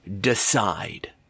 decide